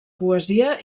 poesia